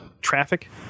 Traffic